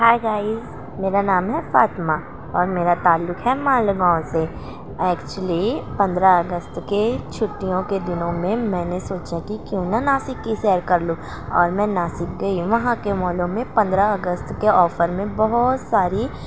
ہائے guys میرا نام ہے فاطمہ اور میرا تعلق ہے مالیگاؤں سے ایکچولی پندرہ اگست کے چھٹیوں کے دنوں میں میں نے سوچا کہ کیوں نہ ناسک کی سیر کر لوں اور میں ناسک گئی وہاں کے مالوں میں پندرہ اگست کے آفر میں بہت ساری